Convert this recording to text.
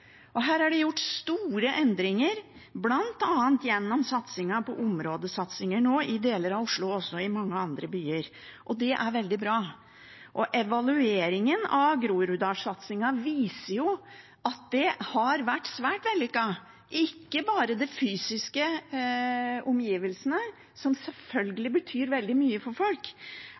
Her er det gjort store endringer, bl.a. gjennom satsingen på områdesatsinger nå i deler av Oslo og også i mange andre byer. Det er veldig bra. Evalueringen av Groruddalssatsingen viser at det har vært svært vellykket, ikke bare de fysiske omgivelsene, som selvfølgelig betyr mye for folk,